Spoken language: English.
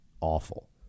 awful